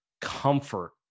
comfort